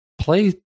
play